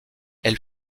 elle